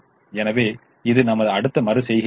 எனவே இது நமது அடுத்த மறு செய்கை ஆகும்